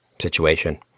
situation